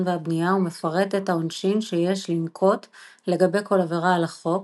והבנייה ומפרט את העונשין שיש לנקוט לגבי כל עבירה על החוק.